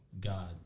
God